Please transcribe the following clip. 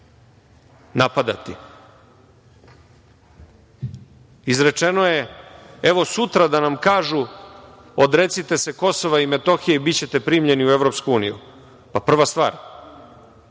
napadati. Izrečeno je - evo, sutra da nam kažu odrecite se Kosova i Metohije i bićete primljeni u EU. Prva stvar,